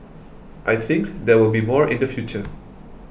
I think there will be more in the future